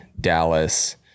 Dallas